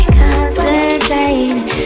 concentrating